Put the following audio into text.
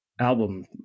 album